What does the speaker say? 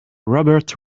robert